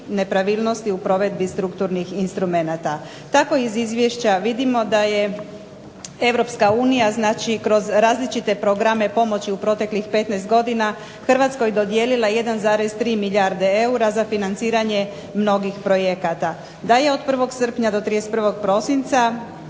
nepravilnosti u provedbi strukturnih instrumenata. Tako iz izvješća vidimo da je EU znači kroz različite programe pomoći u proteklih 15 godina Hrvatskoj dodijelila 1,3 milijarde eura za financiranje mnogih projekata. Da je od 1. srpnja do 31. prosinca